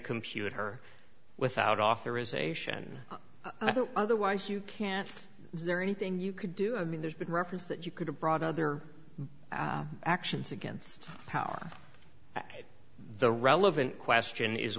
computer without authorisation otherwise you can't there anything you could do i mean there's been reference that you could have brought other actions against power the relevant question is